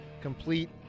Complete